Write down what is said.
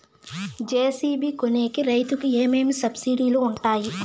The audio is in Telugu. జె.సి.బి కొనేకి రైతుకు ఏమేమి సబ్సిడి లు వుంటాయి?